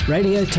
Radio